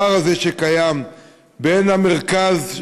הפער הזה בין המרכז,